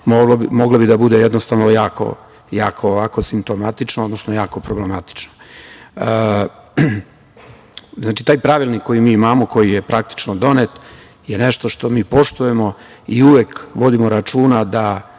moglo da bude jako simptomatično, odnosno jako problematično. Znači, taj pravilnik koji mi imamo, koji je praktično donet, je nešto što mi poštujemo i uvek vodimo računa da